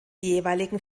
jeweiligen